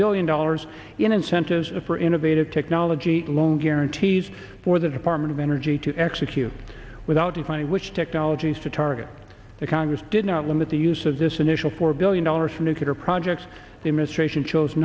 billion dollars in incentives for innovative technology loan guarantees for the department of energy to execute without defining which technologies to target the congress did not limit the use of this initial four billion dollars for nuclear projects the administration chose